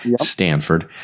Stanford